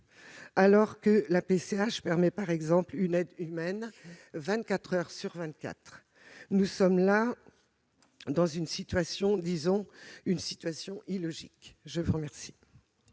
alors que la PCH permet, par exemple, une aide humaine 24 heures sur 24. Nous sommes là dans une situation illogique ! Je mets aux voix